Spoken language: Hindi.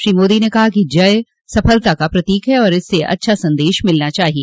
श्री मोदी ने कहा कि जय सफलता का प्रतीक है और इससे अच्छा संदेश मिलना चाहिए